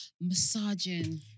massaging